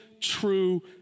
true